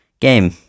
game